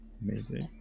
Amazing